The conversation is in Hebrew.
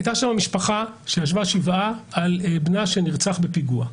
הייתה שם משפחה שישבה שבעה על בנה שנרצח בפיגוע.